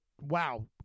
wow